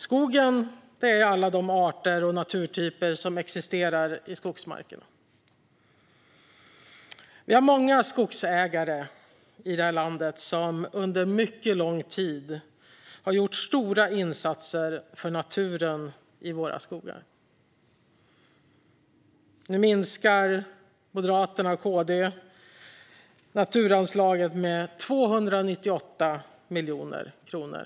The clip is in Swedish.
Skogen är alla de arter och naturtyper som existerar i skogsmarkerna. Vi har många skogsägare i det här landet som under mycket lång tid har gjort stora insatser för naturen i våra skogar. Nu minskar Moderaterna och Kristdemokraterna naturanslaget med 298 miljoner kronor.